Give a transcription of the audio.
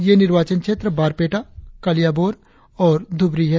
ये निर्वाचन क्षेत्र बारपेटा कलियाबोर और दुब्री हैं